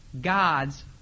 God's